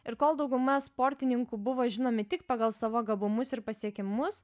ir kol dauguma sportininkų buvo žinomi tik pagal savo gabumus ir pasiekimus